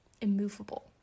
immovable